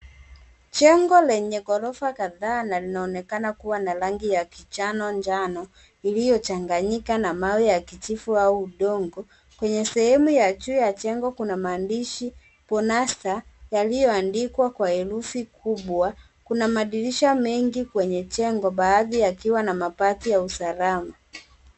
Jengo lenye ghorofa kadhaa na linaonekana kuwa na rangi ya kijano-njano iliyochanganyika na mawe ya kijivu au udongo. Kwenye sehemu ya juu ya jengo kuna maandishi Bonasta yaliyoandikwa kwa herufi kubwa. Kuna madirisha mengi kwenye jengo baadhi yakiwa na mabati ya usalama.